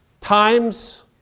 times